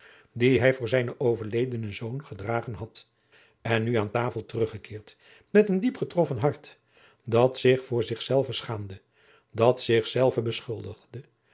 die hij voor zijnen overledenen zoon gedragen had en nu aan tafel teruggekeerd met een diep getroffen hart dat zich voor zich zelve schaamde dat zich zelve beschuldigde